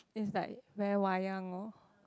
is like very wayang lor